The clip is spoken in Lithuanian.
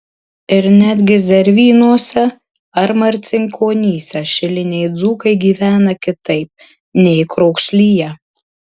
ir netgi zervynose ar marcinkonyse šiliniai dzūkai gyvena kitaip nei krokšlyje